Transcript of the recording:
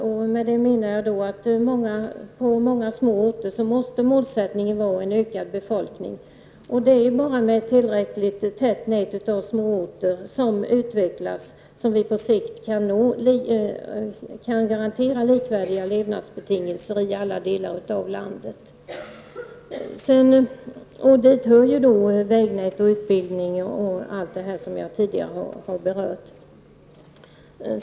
Jag menar att på många små orter måste en målsättning vara en ökad befolkning. Det är bara med ett tillräckligt tätt nät av små orter som utvecklas som vi på sikt kan garantera likvärdiga levnadsbetingelser i alla delar av landet. Dit hör vägnät, utbildning och det som tidigare har berörts.